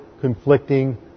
conflicting